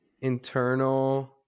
internal